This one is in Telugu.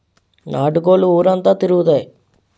నాటు కోళ్లు ఊరంతా తిరుగుతాయి